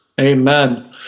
Amen